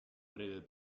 breve